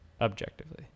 Objectively